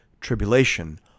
tribulation